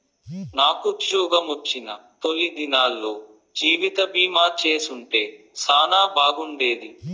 నాకుజ్జోగమొచ్చిన తొలి దినాల్లో జీవితబీమా చేసుంటే సానా బాగుండేది